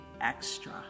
extra